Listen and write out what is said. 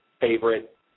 favorite